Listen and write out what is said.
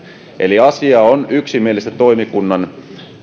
eli asia on yksimielisen toimikunnan